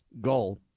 goal